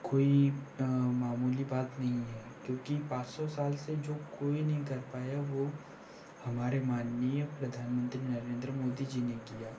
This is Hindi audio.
कोई मामूली बात नहीं है क्योंकी पाँच सौ साल से जो कोई नहीं कर पाया वो हमारे माननीय प्रधानमंत्री नरेंद्र मोदी जी ने किया